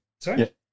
Sorry